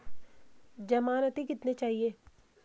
ज़मानती कितने चाहिये?